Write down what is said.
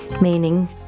meaning